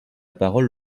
parole